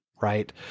right